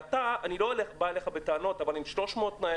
ואתה אני לא בא אליך בטענות אבל עם 300 ניידות